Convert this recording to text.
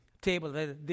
table